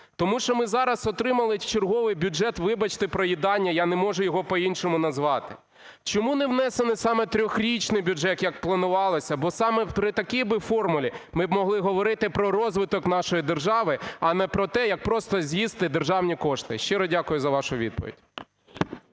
Тому що ми зараз отримали черговий бюджет, вибачте, проїдання, я не можу його по-іншому назвати. Чому не внесений саме трьохрічний бюджет, як планувалося? Бо саме при такій би формулі ми б могли говорити про розвиток нашої держави, а не про те, як просто з'їсти державні кошти. Щиро дякую за вашу відповідь.